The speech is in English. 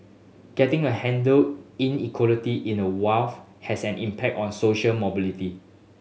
getting a handle inequality in a wealth has an impact on social mobility